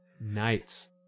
nights